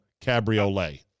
cabriolet